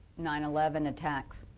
nine eleven attacks.